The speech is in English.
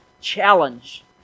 challenge